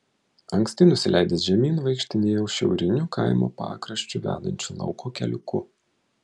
anksti nusileidęs žemyn vaikštinėjau šiauriniu kaimo pakraščiu vedančiu lauko keliuku